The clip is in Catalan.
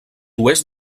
oest